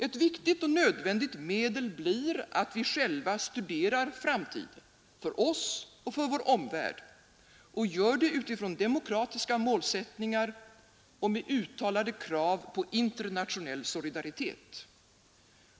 Ett viktigt och nödvändigt medel blir att vi själva studerar framtiden, för oss och för vår omvärld, och gör det utifrån demokratiska målsättningar och med uttalade krav på internationell solidaritet.